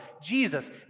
Jesus